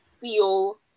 feel